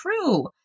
true